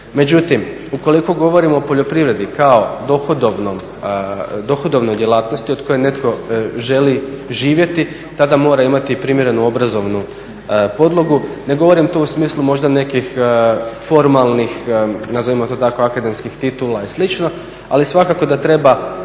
Međutim, ukoliko govorimo o poljoprivredi kao dohodovnoj djelatnosti od koje netko želi živjeti tada mora imati i primjerenu obrazovnu podlogu. Ne govorim to u smislu možda nekih formalnih nazovimo to tako akademskih titula i slično, ali svakako da treba,